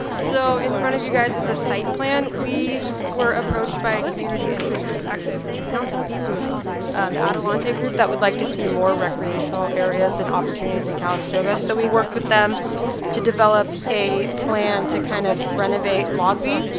so in front of you guys is a site plan. we were approached by a community interest group actually, i believe the council was approached the adelante group that would like to see more recreational areas and opportunities in calistoga so we worked with them to develop a plan to kind of renovate lobby.